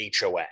HOA